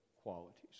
qualities